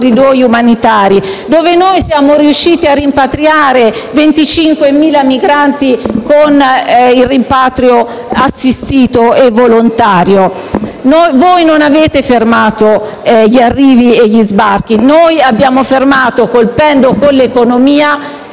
dove siamo riusciti a rimpatriare 25.000 migranti con il rimpatrio assistito e volontario. Voi non avete fermato gli arrivi e gli sbarchi. Noi abbiamo fermato, colpendo con l'economia,